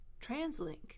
TransLink